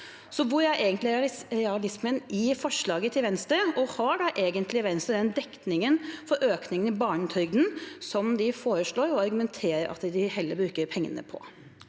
hvor er realismen i forslaget til Venstre? Har egentlig Venstre dekning for den økningen i barnetrygden som de foreslår, og som de argumenterer for at de heller vil bruke pengene på?